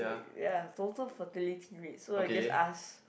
ya total fertility rate so you just ask